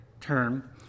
term